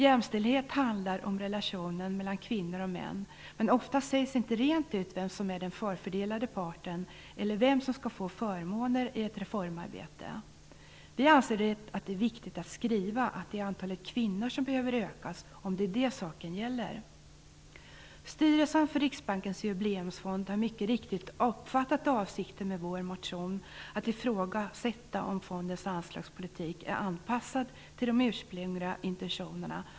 Jämställdhet handlar om relationen mellan kvinnor och män, men ofta sägs det inte rent ut vem som är den förfördelade parten eller vem som skall få förmåner i ett reformarbete. Vi anser att det är viktigt att skriva att det är antalet kvinnor som behöver ökas om det är det saken gäller. Styrelsen för Riksbankens Jubileumsfond har mycket riktigt uppfattat avsikten med vår motion; att ifrågasätta om fondens anslagspolitik är anpassad till de ursprungliga intentionerna.